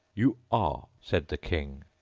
you are said the king.